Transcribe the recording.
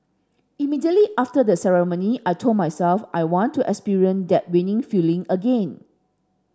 immediately after the ceremony I told myself I want to experience that winning feeling again